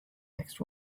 next